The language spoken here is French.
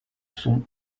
sont